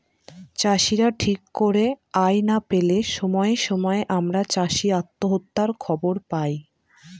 চাষীরা ঠিক করে আয় না পেলে সময়ে সময়ে আমরা চাষী আত্মহত্যার খবর পায়